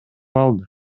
алды